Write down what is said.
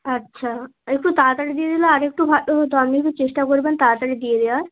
আচ্ছা আর একটু তাড়াতাড়ি দিয়ে দিলে আর একটু ভালো হতো আপনি একটু চেষ্টা করবেন তাড়াতাড়ি দিয়ে দেওয়ার